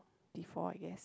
before I guess